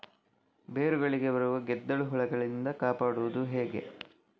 ಬೇರುಗಳಿಗೆ ಬರುವ ಗೆದ್ದಲು ಹುಳಗಳಿಂದ ಕಾಪಾಡುವುದು ಹೇಗೆ?